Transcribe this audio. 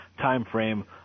timeframe